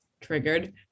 triggered